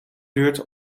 duurt